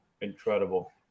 Incredible